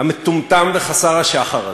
המטומטם וחסר השחר הזה.